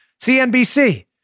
CNBC